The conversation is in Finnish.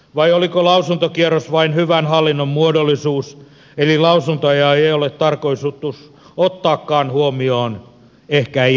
vai oliko lausuntokierros vain hyvän hallinnon muodollisuus eli lausuntoja ei ole tarkoitus ottaakaan huomioon ehkä ei edes lukea